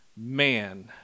Man